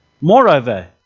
Moreover